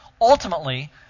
ultimately